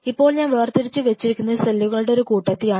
ഇപ്പോൾ ഞാൻ വേർതിരിച്ചു വെച്ചിരിക്കുന്നത് സെല്ലുകളുടെ ഒരു കൂട്ടത്തെയാണ്